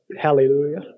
Hallelujah